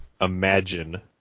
imagine